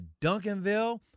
Duncanville